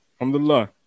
Alhamdulillah